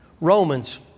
Romans